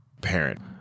parent